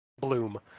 bloom